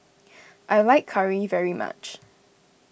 I like Curry very much